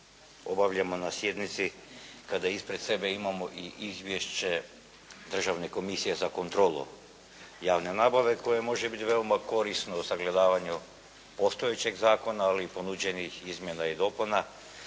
obavljamo na sjednici kada ispred sebe imamo i izvješće Državne komisije za kontrolu javne nabave koje može biti veoma korisno u sagledavanju postojećeg zakona, ali i ponuđenih izmjena i dopuna,